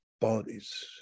bodies